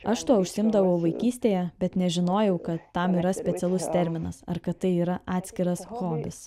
aš tuo užsiimdavau vaikystėje bet nežinojau kad tam yra specialus terminas ar kad tai yra atskiras hobis